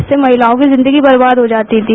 इससे महिलाओं को जिंदगी बर्बाद हो जाती थी